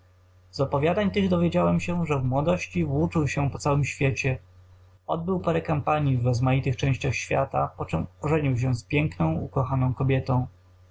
opowiadań tych dowiedziałem się że w młodości włóczył się po całym świecie odbył parę kampanii w rozmaitych częściach świata poczem ożenił się z piękną ukochaną kobietą